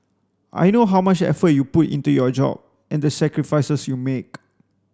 I know how much effort you put into your job and the sacrifices you make